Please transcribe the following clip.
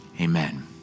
amen